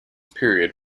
period